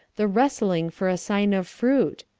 the wrestling for a sign of fruit?